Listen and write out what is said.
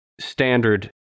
standard